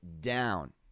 down